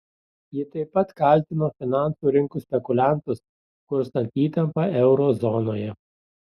ji taip pat kaltino finansų rinkų spekuliantus kurstant įtampą euro zonoje